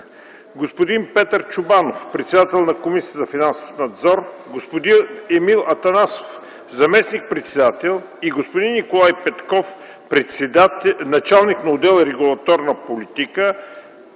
господин Петър Чобанов – председател на Комисията за финансов надзор, господин Емил Атанасов – заместник-председател, и господин Николай Петков – началник на отдел „Регулаторна политика”,